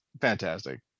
fantastic